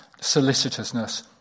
solicitousness